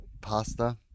Pasta